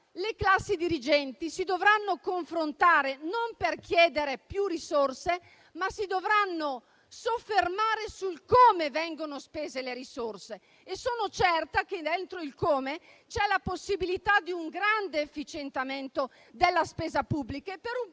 le classi dirigenti si dovranno confrontare, ma non dovranno farlo per chiedere più risorse, bensì si dovranno soffermare su come vengono spese le risorse. E sono certa che in quell'ambito vi sia la possibilità di un grande efficientamento della spesa pubblica e per un